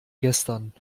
gestern